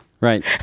right